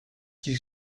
qui